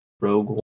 Rogue